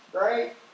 right